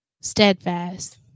steadfast